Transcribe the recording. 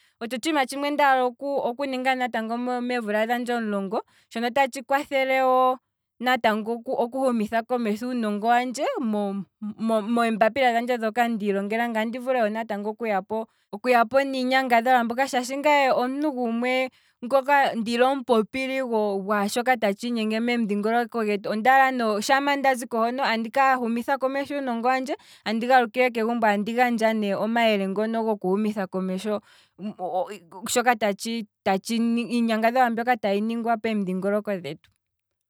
Otsho otshiima tshandje shoka ndala oku ninga meemvula dhandje omulongo, shono tatshi kwathele naatango okushumitha komesho uunongo wandje, meembapila dhandje dhoka ndiilongela, ngaye ndi vule natango okuyapo, okuyapo niinyangadhalwa mbyoka shaashi ngaye omuntu gumwe ndili omupopili gwaashoka tatshi inyenge momudhingoloko gwetu, ondaala ne shaa ndaziko hono, andika shumitha komesho uunongo wandje, andi galukile kegumbo, andi gandja ne omayele ngono goku shumitha komesho shoka tatshi ningwa, iinyanga dhalwa mbyoka tayi ningwa pomudhingoloko gwetu.